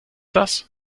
das